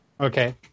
Okay